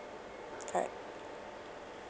correct